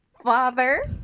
father